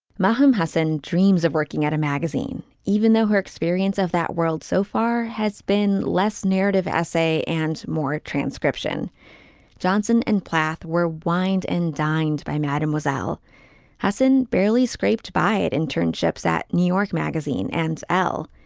mohammad hassan dreams of working at a magazine even though her experience of that world so far has been less narrative essay and more transcription johnson and plath were wined and dined by mademoiselle hudson barely scraped by it internships at new york magazine and elle.